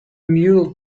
mule